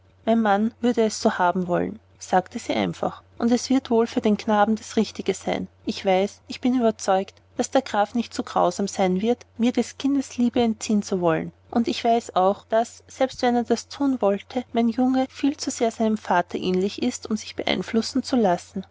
mein mann würde es so haben wollen sagte sie einfach und es wird wohl für den knaben das richtige sein ich weiß ich bin überzeugt daß der graf nicht so grausam sein wird mir des kindes liebe entziehen zu wollen und ich weiß auch daß selbst wenn er das thun wollte mein junge viel zu sehr seinem vater ähnlich ist um sich beeinflussen zu lassen